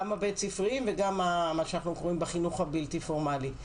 הבית-ספריים וגם מה שאנחנו קוראים בחינוך הבלתי פורמלי,